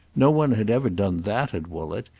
no one had ever done that at woollett,